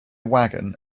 wagon